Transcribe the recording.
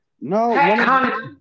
No